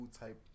type